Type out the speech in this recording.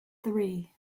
three